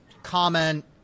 comment